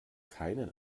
keinen